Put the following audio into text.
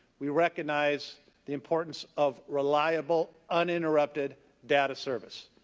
we recognize the importance of reliable, uninterrupted data service.